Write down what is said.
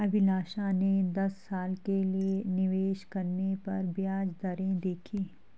अभिलाषा ने दस साल के लिए निवेश करने पर ब्याज दरें देखी